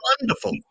Wonderful